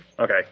Okay